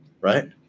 Right